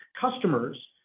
customers